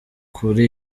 kuri